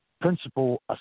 principal